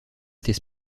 était